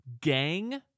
Gang